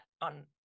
on